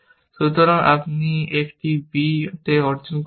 সুতরাং আপনি একটি b এ অর্জন করবেন